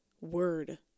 word